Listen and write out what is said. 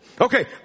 Okay